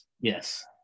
Yes